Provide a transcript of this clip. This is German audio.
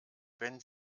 wenn